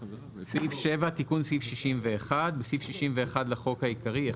תיקון סעיף 61.7. בסעיף 61 לחוק העיקרי,